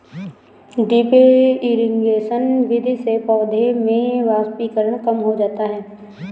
drip irrigation विधि से पौधों में वाष्पीकरण कम हो जाता है